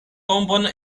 tombon